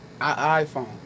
iPhone